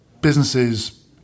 businesses